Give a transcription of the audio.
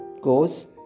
goes